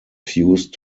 fused